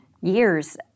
years